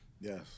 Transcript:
Yes